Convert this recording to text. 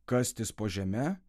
kastis po žeme